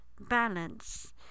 balance